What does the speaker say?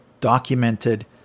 documented